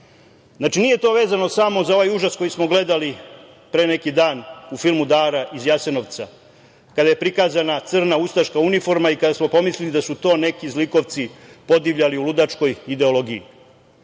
nije to vezano samo za ovaj užas koji smo gledali pre neki dan u filmu „Dara iz Jasenovca“, kada je prikazana crna ustaška uniforma i kada smo pomislili da su to neki zlikovci podivljali u ludačkoj ideologiji.